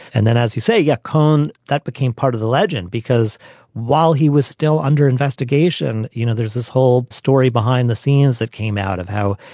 and then, as you say, yeah. kahn that became part of the legend because while he was still under investigation, you know, there's this whole story behind the scenes that came out of how,